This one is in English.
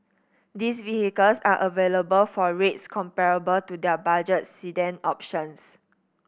these vehicles are available for rates comparable to their budget sedan options